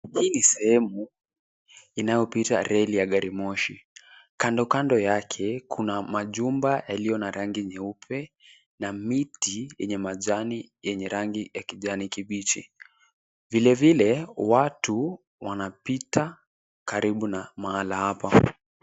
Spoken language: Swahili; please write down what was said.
Hii ni sehemu, inayopita reli ya gari moshi. Kando kando yake, kuna majumba yaliyo na rangi nyeupe, na miti yenye majani yenye rangi ya kijani kibichi. Vile vile, watu wanapita karibu na mahala hapa.